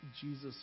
Jesus